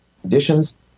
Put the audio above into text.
conditions